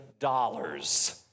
dollars